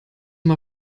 mal